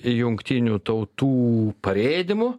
jungtinių tautų parėdimų